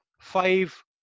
five